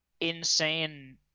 insane